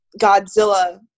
Godzilla